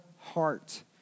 heart